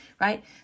right